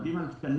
שמדברים על תקנים,